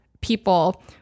people